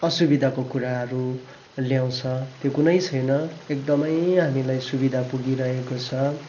असुविधाको कुराहरू ल्याउँछ त्यो कुनै छैन एकदमै हामीलाई सुविधा पुगिरहेको छ